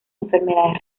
enfermedades